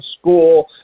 school